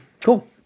cool